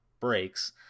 breaks